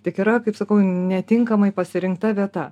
tik yra kaip sakau netinkamai pasirinkta vieta